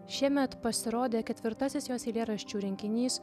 šiemet pasirodė ketvirtasis jos eilėraščių rinkinys